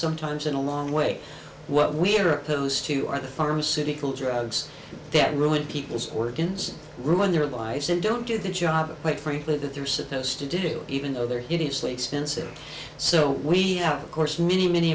sometimes in a long way what we're opposed to are the pharmaceutical drugs that ruin people's organs ruin their lives and don't get the job but frankly that they're supposed to do even though they're hideously expensive so we have of course many many